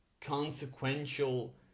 consequential